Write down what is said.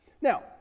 Now